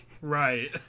Right